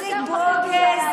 עשית ברוגז,